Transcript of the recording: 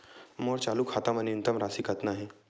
मोर चालू खाता मा न्यूनतम राशि कतना हे?